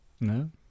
No